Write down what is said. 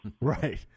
Right